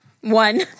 one